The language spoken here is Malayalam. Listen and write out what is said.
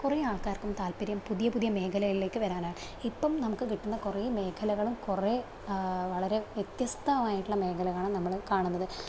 കുറെ ആൾക്കാർക്കും താൽപര്യം പുതിയ പുതിയ മേഖലകളിലേക്ക് വരാനാണ് ഇപ്പം നമുക്ക് കിട്ടുന്ന കുറേ മേഖലകളും കുറെ വളരെ വ്യത്യസ്തമായിട്ടുള്ള മേഖലകളാണ് നമ്മള് കാണുന്നത്